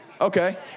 Okay